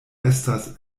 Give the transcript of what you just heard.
estas